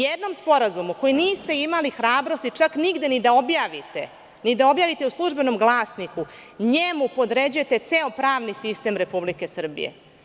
Jednom sporazumu, koji niste imali hrabrosti čak nigde ni da objavite, ni da objavite u „Službenom glasniku“, podređujete ceo pravni sistem Republike Srbije.